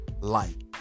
light